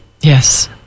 Yes